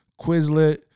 Quizlet